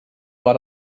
war